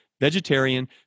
vegetarian